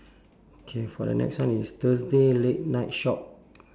K for the next one is thursday late night shop